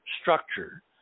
structure